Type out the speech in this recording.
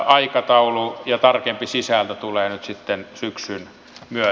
aikataulu ja tarkempi sisältö tulevat nyt sitten syksyn myötä